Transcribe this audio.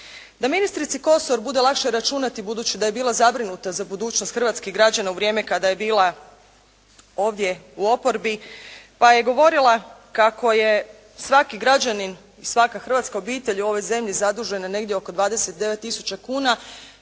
Da ministrici bude lakše računati, budući da je bila zabrinuta za budućnost hrvatskih građana u vrijeme kada je bila ovdje u oporbi, pa je govorila kako je svaki građanin i svaka hrvatska obitelj u ovoj zemlji zadužena negdje oko 29 tisuća kuna,